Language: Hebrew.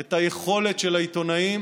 את היכולת של העיתונאים